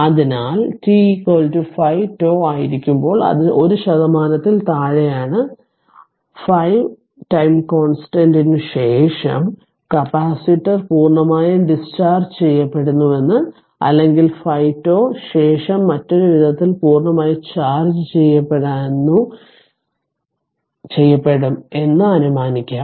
അതിനാൽ t 5 τ ആയിരിക്കുമ്പോൾ അത് 1 ശതമാനത്തിൽ താഴെയാണ് അതിനാൽ 5 ടൈം കോൺസ്റ്റന്റ് നു ശേഷം കപ്പാസിറ്റർ പൂർണ്ണമായും ഡിസ്ചാർജ് ചെയ്യപ്പെടുന്നുവെന്ന് അല്ലെങ്കിൽ 5 τ ശേഷം മറ്റൊരു വിധത്തിൽ പൂർണ്ണമായി ചാർജ്ജ് ചെയ്യപ്പെടും എന്ന് അനുമാനികാം